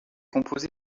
composé